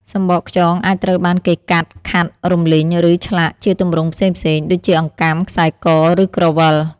សំបកខ្យងអាចត្រូវបានគេ កាត់ ខាត់ រំលីង ឬឆ្លាក់ ជាទម្រង់ផ្សេងៗ ដូចជាអង្កាំ ខ្សែ ក ឬក្រវិល។